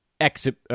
exit